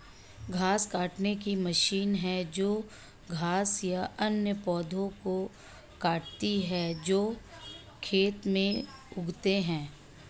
घास काटने की मशीन है जो घास या अन्य पौधों को काटती है जो खेत में उगते हैं